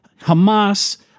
hamas